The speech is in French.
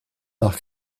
par